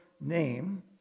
name